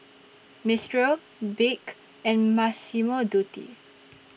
Mistral Bic and Massimo Dutti